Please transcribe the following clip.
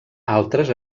altres